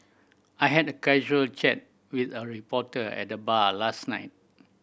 I had a casual chat with a reporter at the bar last night